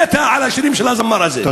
מתה על השירים של הזמר הזה.